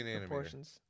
proportions